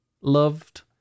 loved